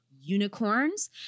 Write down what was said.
unicorns